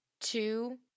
two